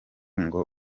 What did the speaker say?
ngo